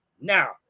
now